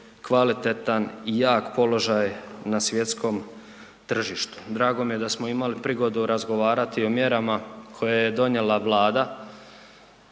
kvalitetan i jak položaj na svjetskom tržištu. Drago mi je da smo imali prigodu razgovarati o mjerama koje je donijela Vlada